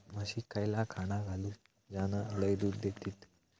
म्हशीक खयला खाणा घालू ज्याना लय दूध देतीत?